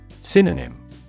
Synonym